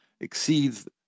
exceeds